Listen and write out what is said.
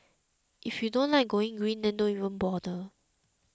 if you don't like going green then don't even bother